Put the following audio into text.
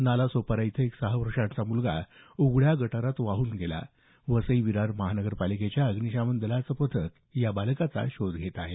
नालासोपारा इथं एक सहा वर्षांचा मुलगा उघड्या गटारात वाहून गेला वसई विरार महानगरपालिकेच्या अग्निशमन दलाचे या बालकाचा शोध घेत आहेत